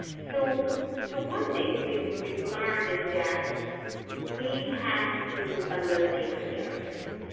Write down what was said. so so one thing we've we've learned is that we have to eliminate the barriers,